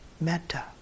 metta